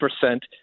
percent